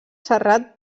serrat